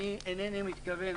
אני אינני מתכוון,